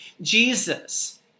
Jesus